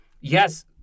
Yes